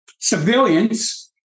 civilians